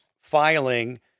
filing